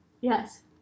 Yes